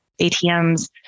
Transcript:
ATMs